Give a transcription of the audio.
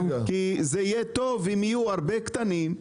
כי זה יהיה טוב אם יהיו הרבה קטנים,